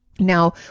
Now